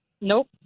Nope